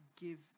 give